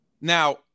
now